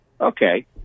Okay